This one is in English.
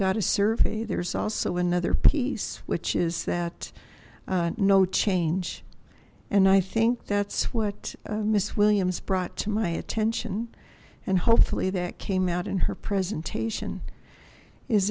got a survey there's also another piece which is that no change and i think that's what miss williams brought to my attention and hopefully that came out in her presentation is